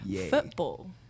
Football